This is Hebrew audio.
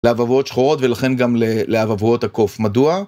לאבעבועות שחורות ולכן גם לאבעבועות הקוף מדוע